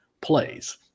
plays